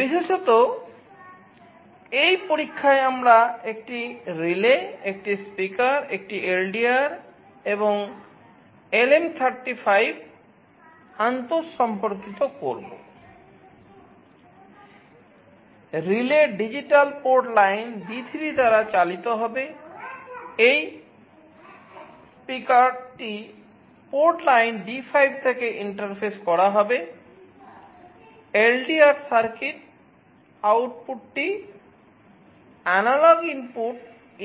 বিশেষত এই পরীক্ষায় আমরা একটি রিলে A1